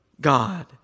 God